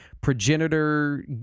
progenitor